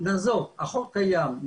במבט.